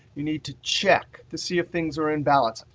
you need to check to see if things are in balance.